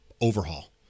overhaul